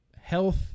Health